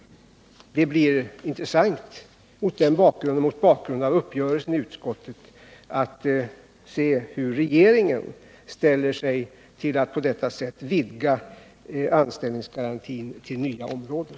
Det skall bli intressant att mot bakgrund av uppgörelsen i utskottet se hur regeringen ställer sig till att på detta sätt vidga anställningsgarantin till nya områden.